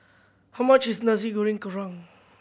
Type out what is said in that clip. how much is Nasi Goreng Kerang